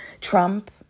Trump